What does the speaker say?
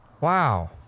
Wow